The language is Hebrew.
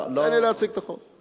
אבל תן לי להציג את החוק.